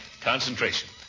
Concentration